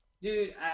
Dude